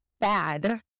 bad